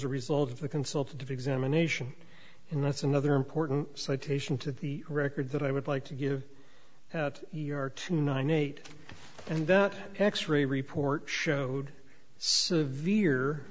a result of the consultative examination and that's another important citation to the record that i would like to give at york two nine eight and that x ray report showed